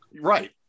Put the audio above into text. Right